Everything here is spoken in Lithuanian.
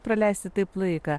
praleisti taip laiką